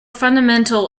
fundamental